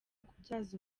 kubyaza